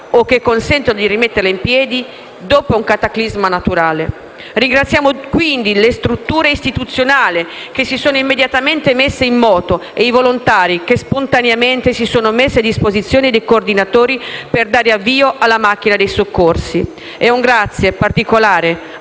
o che consentono di rimetterla in piedi dopo un cataclisma naturale. Ringraziamo quindi le strutture istituzionali che si sono immediatamente messe in moto ed i volontari che spontaneamente si sono messi a disposizione dei coordinatori per dare avvio alla macchina dei soccorsi. Un grazie particolare